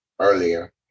earlier